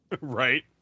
Right